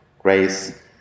grace